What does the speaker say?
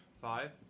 Five